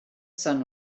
sun